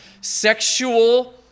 sexual